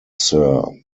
sir